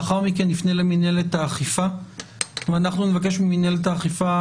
לאחר מכן נפנה למינהלת האכיפה ונבקש ממינהלת האכיפה